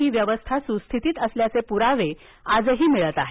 ही व्यवस्था सुस्थितीत असल्याचे पुरावे आजही मिळत आहेत